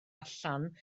allan